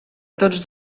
tots